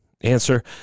Answer